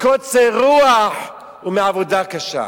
מקוצר רוח ומעבודה קשה.